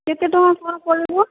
କେତେ ଟଙ୍କା କ'ଣ ପଡ଼ିବ